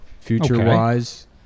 future-wise